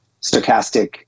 stochastic